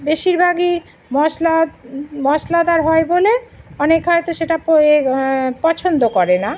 বেশিরভাগই মশলা মশলাদার হয় বলে অনেকে হয়তো সেটা পছন্দ করে না